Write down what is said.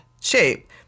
shape